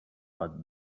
but